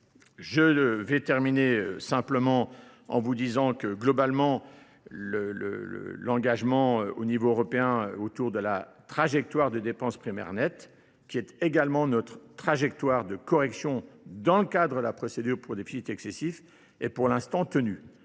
Je vais terminer simplement en vous disant que globalement, l'engagement au niveau européen autour de la trajectoire de dépenses primaire net, qui est également notre trajectoire de correction dans le cadre de la procédure pour déficit excessif, est pour l'instant tenue.